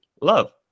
love